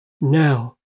Now